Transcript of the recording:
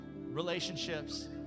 relationships